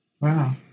Wow